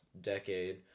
decade